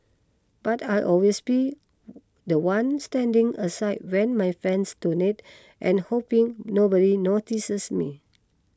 but I'll always be the one standing aside when my friends donate and hoping nobody notices me